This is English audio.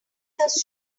those